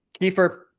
Kiefer